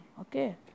Okay